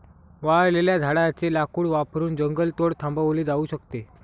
वाळलेल्या झाडाचे लाकूड वापरून जंगलतोड थांबवली जाऊ शकते